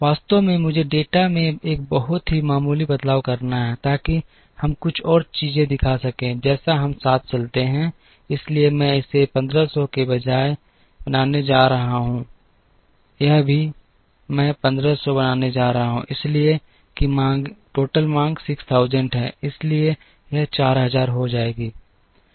वास्तव में मुझे डेटा में एक बहुत ही मामूली बदलाव करना है ताकि हम कुछ और चीजें दिखा सकें जैसे हम साथ चलते हैं इसलिए मैं इसे 1500 के बजाय बनाने जा रहा हूं यह भी मैं 1500 बनाने जा रहा हूं इसलिए कि मांगें 6000 हैं इसलिए यह 4000 हो जाएगी